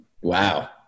Wow